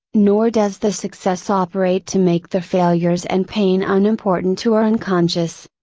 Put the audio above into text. nor does the success operate to make the failures and pain unimportant to our unconscious.